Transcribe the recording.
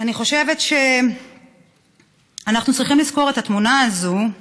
אני חושבת שאנחנו צריכים לזכור את התמונה הזו.